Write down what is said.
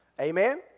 Amen